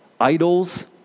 idols